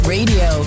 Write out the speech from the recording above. Radio